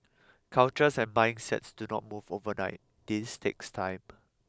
cultures and mindsets do not move overnight this takes time